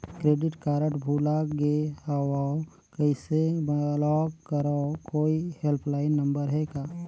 Credit card भुला गे हववं कइसे ब्लाक करव? कोई हेल्पलाइन नंबर हे का?